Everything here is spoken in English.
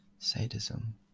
sadism